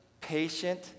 patient